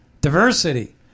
Diversity